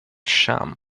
sham